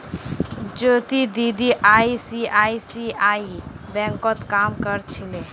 ज्योति दीदी आई.सी.आई.सी.आई बैंकत काम कर छिले